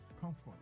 comfort